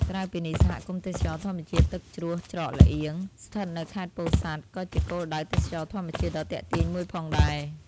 ក្រៅពីនេះ សហគមន៍ទេសចរណ៍ធម្មជាតិទឹកជ្រោះច្រកល្អៀង ស្ថិតនៅខេត្តពោធិ៍សាត់ ក៏ជាគោលដៅទេសចរណ៍ធម្មជាតិដ៏ទាក់ទាញមួយផងដែរ។